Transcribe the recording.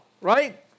Right